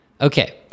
Okay